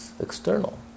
external